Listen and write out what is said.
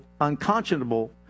unconscionable